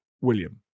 William